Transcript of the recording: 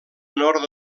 nord